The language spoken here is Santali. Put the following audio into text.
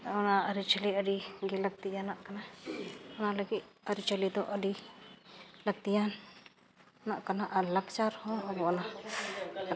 ᱚᱱᱟ ᱟᱹᱨᱤᱪᱟᱹᱞᱤ ᱟᱹᱰᱤ ᱜᱮ ᱞᱟᱹᱠᱛᱤᱭᱟᱱᱟᱜ ᱠᱟᱱᱟ ᱚᱱᱟ ᱞᱟᱹᱜᱤᱫ ᱟᱹᱨᱤᱪᱟᱹᱞᱤ ᱫᱚ ᱟᱹᱰᱤ ᱞᱟᱹᱠᱛᱤᱭᱟᱱᱟᱜ ᱠᱟᱱᱟ ᱟᱨ ᱞᱟᱠᱪᱟᱨ ᱦᱚᱸ